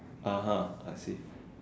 (uh huh) I see